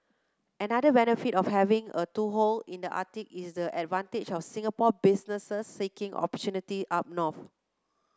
another benefit of having a toehold in the Arctic is the advantage for Singapore businesses seeking opportunity up north